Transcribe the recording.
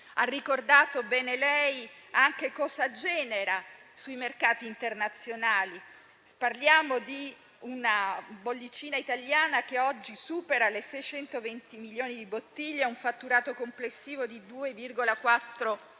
Ha ricordato bene anche lei cosa tale convivenza genera sui mercati internazionali. Parliamo di una bollicina italiana che oggi supera le 620 milioni di bottiglie, con un fatturato complessivo di 2,4 miliardi,